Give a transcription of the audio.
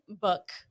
book